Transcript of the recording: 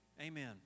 Amen